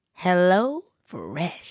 HelloFresh